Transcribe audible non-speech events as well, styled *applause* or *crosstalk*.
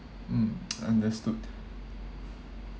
mm *noise* understood